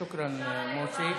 שוכרן, מוסי.